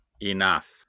enough